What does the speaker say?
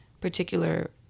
particular